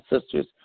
sisters